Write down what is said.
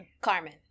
Carmen